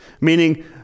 meaning